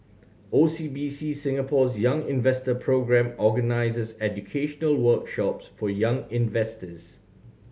O C B C Singapore's Young Investor Programme organizes educational workshops for young investors